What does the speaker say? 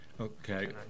okay